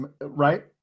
right